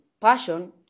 passion